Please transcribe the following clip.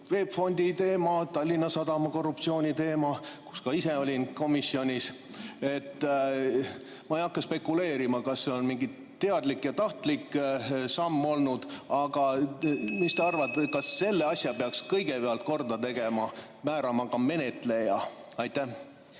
Fondi teema, Tallinna Sadama korruptsiooni teema, kus ma ka ise olin komisjonis. Ma ei hakka spekuleerima, kas see on mingi teadlik ja tahtlik samm olnud, aga mis sa arvad, kas selle asja peaks kõigepealt korda tegema ja määrama ka menetleja? Aitäh!